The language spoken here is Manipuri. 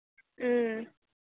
ꯎꯝ